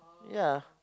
yeah